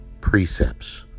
precepts